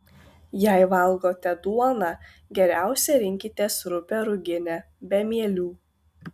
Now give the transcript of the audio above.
jei valgote duoną geriausia rinkitės rupią ruginę be mielių